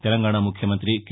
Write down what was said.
తెలంగాణా ముఖ్యమంతి కె